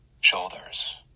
shoulders